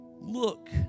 Look